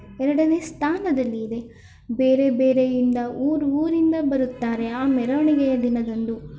ಎರಡನೇ ಸ್ಥಾನದಲ್ಲಿ ಇದೆ ಬೇರೆ ಬೇರೆ ಇಂದ ಊರು ಊರಿಂದ ಬರುತ್ತಾರೆ ಆ ಮೆರವಣಿಗೆಯ ದಿನದಂದು